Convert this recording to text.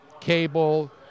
cable